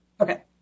Okay